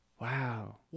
Wow